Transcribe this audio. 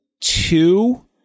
two